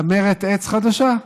צמרת עץ חדשה.